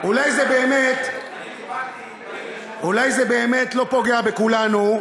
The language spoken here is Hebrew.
אולי זה באמת, אולי זה באמת לא פוגע בכולנו,